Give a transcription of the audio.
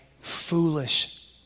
foolish